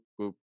boop